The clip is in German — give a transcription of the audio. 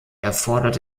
erfordert